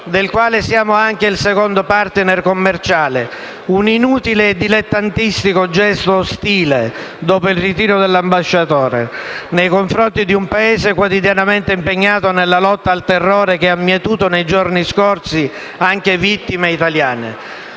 del quale siamo anche il secondo *partner* commerciale. Un inutile e dilettantesco gesto ostile, dopo il ritiro dell'ambasciatore, nei confronti di un Paese quotidianamente impegnato nella lotta al terrore che ha mietuto nei giorni scorsi anche vittime italiane.